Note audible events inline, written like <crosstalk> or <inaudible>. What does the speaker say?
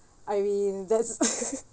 I mean there's <laughs>